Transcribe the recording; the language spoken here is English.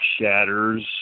shatters